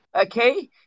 Okay